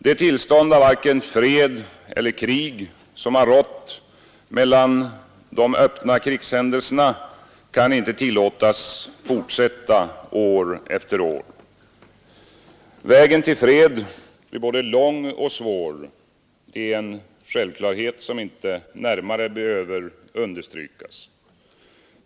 Det tillstånd av varken fred eller krig som rått mellan de öppna krigshändelserna kan inte tillåtas fortsätta år efter år. Vägen till fred blir både lång och svår, det är en självklarhet som inte behöver närmare understrykas.